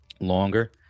longer